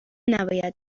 نباید